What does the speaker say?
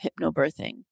hypnobirthing